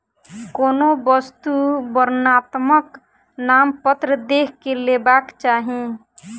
कोनो वस्तु वर्णनात्मक नामपत्र देख के लेबाक चाही